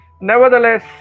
nevertheless